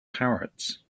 parrots